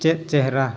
ᱪᱮᱫ ᱪᱮᱦᱨᱟ